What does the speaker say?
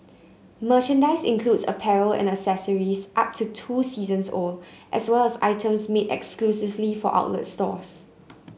merchandise includes apparel and accessories up to two seasons old as well as items made exclusively for outlet stores